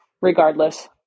regardless